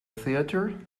theater